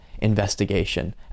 investigation